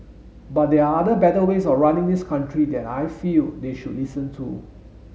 but there are other better ways of running this country that I feel they should listen to